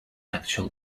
actual